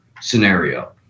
scenario